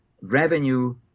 revenue